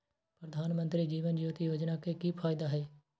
प्रधानमंत्री जीवन ज्योति योजना के की फायदा हई?